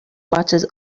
watches